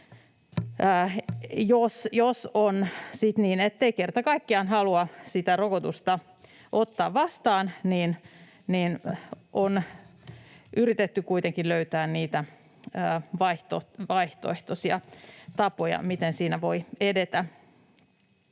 ettei kerta kaikkiaan halua sitä rokotusta ottaa vastaan. On yritetty kuitenkin löytää niitä vaihtoehtoisia tapoja, miten siinä voi edetä,